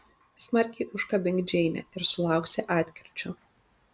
smarkiai užkabink džeinę ir sulauksi atkirčio